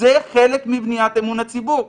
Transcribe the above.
זה חלק מבניית אמון הציבור.